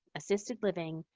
assisted living,